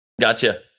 Gotcha